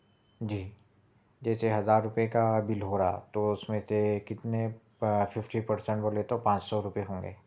جی جیسے ہزار روپئے کا بل ہو رہا تو اس میں سے کتنے پا ففٹی پرسینٹ بولے تو پانچ سو روپئے ہوں گے